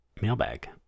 mailbag